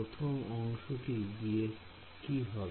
প্রথম অংশটি দিয়ে কি হবে